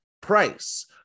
price